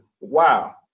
Wow